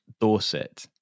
Dorset